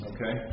Okay